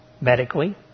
medically